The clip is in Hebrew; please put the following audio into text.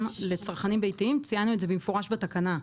לצרכנים ביתיים ציינו את זה במפורש בתקנה.